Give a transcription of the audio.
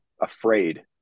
afraid